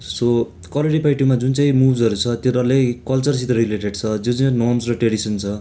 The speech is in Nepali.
सो कलरियापयट्टुमा जुन चाहिँ मुभ्सहरू त्यो डल्लै कल्चरसित रिलेटेड छ जो चाहिँ नर्म्स र ट्रेडिसन छ